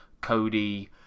Cody